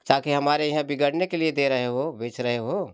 ताकि हमारे यहाँ बिगड़ने के लिए दे रहे हो बेच रहे हो